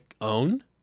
own